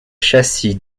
châssis